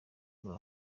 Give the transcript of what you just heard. muri